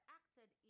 acted